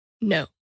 No